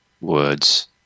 Words